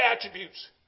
attributes